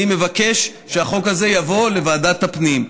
אני מבקש שהחוק הזה יבוא לוועדת הפנים.